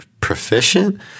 proficient